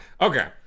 Okay